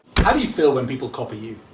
how do you feel when people copy you.